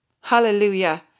Hallelujah